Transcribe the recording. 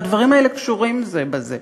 והדברים האלה קשורים זה בזה,